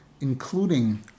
including